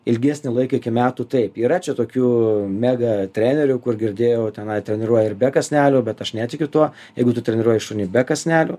ilgesnį laiką iki metų taip yra čia tokių mega trenerių kur girdėjau tenai treniruoja ir be kąsnelių bet aš netikiu tuo jeigu tu treniruoji šunį be kąsnelių